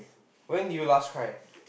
when did you last cry